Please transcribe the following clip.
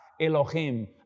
Elohim